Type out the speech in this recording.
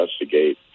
investigate